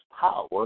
power